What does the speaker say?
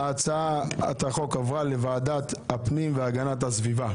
הצעת החוק עברה לוועדת הפנים והגנת הסביבה.